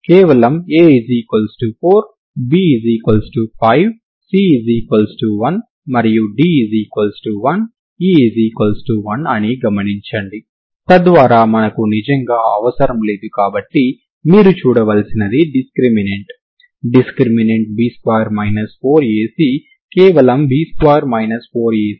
0xct అయినప్పుడు మీ పరిష్కారం uxt విలువ 12fxct fct x12cct xxctgsds అవుతుంది మరియు xct అయినప్పుడు మీరు పరిష్కారం uxt ని 12fxctfx ct12cx ctxctgsds గా కలిగి ఉన్నారు మరియు f మరియు g లను మీరు బేసి ఫంక్షన్ లుగా విస్తరించారు